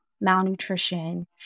malnutrition